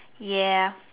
ya